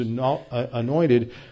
anointed